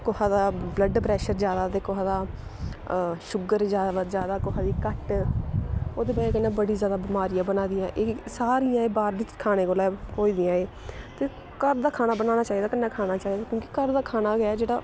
कुसा दा blood pressure ज्यादा ते कुसा दा शुगर जा जादा कुसा दी घट्ट ओह्दी बजह कन्नै बड़ी जादा बमारियां बना दियां एह् सारियां एह् बाह्र खाने कोला होई दियां एह् ते घर दा खाना बनाना चाहिदा कन्नै खाना चाहिदा क्योंकि घर दा खाना गै जेह्ड़ा